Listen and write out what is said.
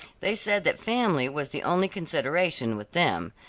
they said that family was the only consideration with them.